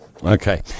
Okay